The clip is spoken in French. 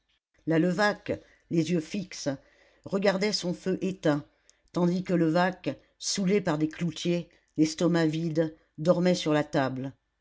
la levaque les yeux fixes regardait son feu éteint tandis que levaque soûlé par des cloutiers l'estomac vide dormait sur la table